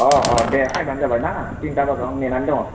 अ अ दे फैब्लानो जाबाय ना तिनथा बाजोआव आं नेनानै दङ